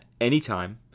anytime